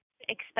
expect